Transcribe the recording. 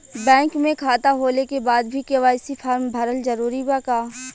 Bank में खाता होला के बाद भी के.वाइ.सी फार्म भरल जरूरी बा का?